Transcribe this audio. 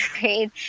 grade